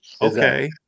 Okay